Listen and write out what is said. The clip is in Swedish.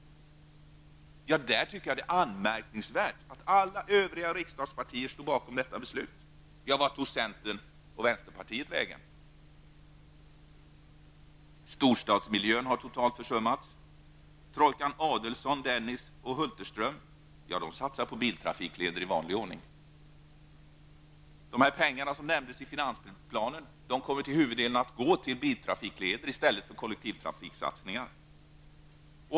Det är anmärkningsvärt att alla övriga riksdagspartier stod bakom detta beslut. Vart tog centern och vänsterpartiet vägen? Storstadsmiljön har totalt försummats. Trojkan Adelsohn, Dennis och Hulterström satsar på biltrafikleder i gammal vanlig ordning. Pengarna i finansplanen går till biltrafikleder i stället för till kollektivtrafiksatsningar.